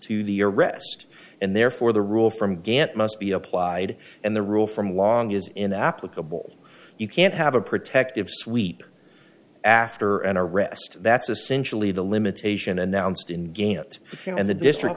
to the arrest and therefore the rule from gant must be applied and the rule from long is in applicable you can't have a protective suite after an arrest that's essentially the limitation announced in gannett and the district